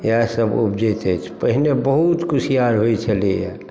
इएहसब उपजैत अछि पहिने बहुत कुसिआर होइत छलैए